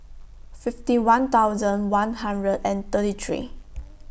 fifty one thousand one hundred and thirty three